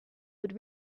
would